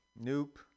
Nope